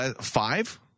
five